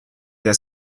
der